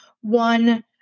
one